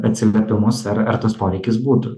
atsiliepimus ar ar tas poreikis būtų